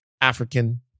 African